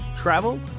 travel